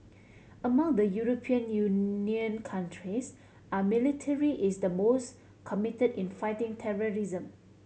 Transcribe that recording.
among the European Union countries our military is the most committed in fighting terrorism